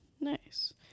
nice